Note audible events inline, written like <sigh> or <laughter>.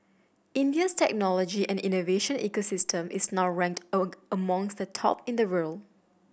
India's technology and innovation ecosystem is now ranked <unintelligible> amongst the top in the world